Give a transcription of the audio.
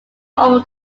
over